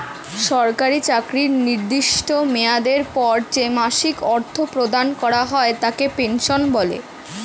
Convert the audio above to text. সরকারি চাকরির নির্দিষ্ট মেয়াদের পর যে মাসিক অর্থ প্রদান করা হয় তাকে পেনশন বলে